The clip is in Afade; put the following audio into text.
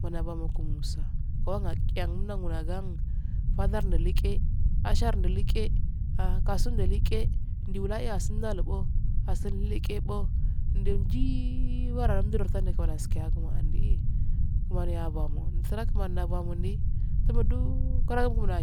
Kimaniyabakumsa wanqiyangun nangunagan tadarurnuluge ashar naluge ahh kasuneliqe ndulae'asunleqebbo ndigiiiwaramdi kimaniyaski yaguno andi kimaniyabanfuran kimaniyabadi tubuduu guragumdi